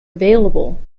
available